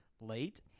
late